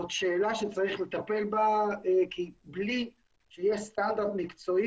זאת שאלה שצריך לטפל בה כי בלי שיהיה סטנדרט מקצועי